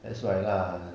that's why lah